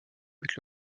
avec